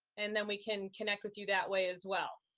and then we can connect with you that way as well.